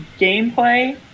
gameplay